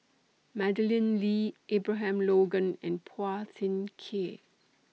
Madeleine Lee Abraham Logan and Phua Thin Kiay